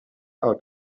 out